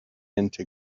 into